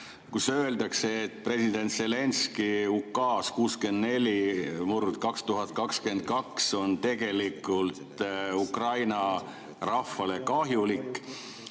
kus öeldakse, et president Zelenskõi ukaas 64/2022 on tegelikult Ukraina rahvale kahjulik,